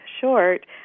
short